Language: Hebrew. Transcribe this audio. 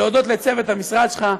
להודות לצוות המשרד שלך,